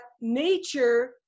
nature